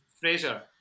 Fraser